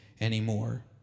anymore